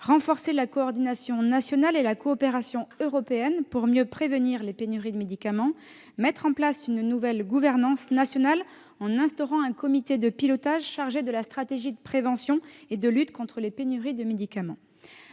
renforcer la coordination nationale et la coopération européenne pour mieux prévenir les pénuries de médicaments ; enfin, mettre en place une nouvelle gouvernance nationale en instaurant un comité de pilotage chargé de la stratégie de prévention et de lutte contre les pénuries de médicaments.